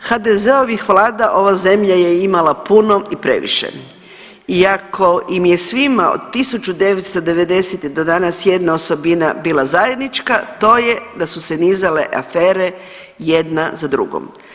HDZ-ovih vlada ova zemlja je imala puno i previše iako im je svima od 1990. do danas jedna osobina zajednička, to je da su se nizale afere jedna za drugom.